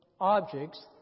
objects